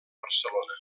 barcelona